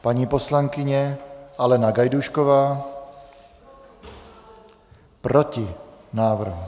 Paní poslankyně Alena Gajdůšková: Proti návrhu.